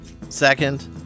Second